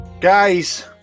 Guys